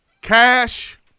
Cash